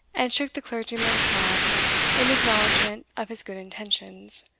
and shook the clergyman's hand in acknowledgment of his good intentions,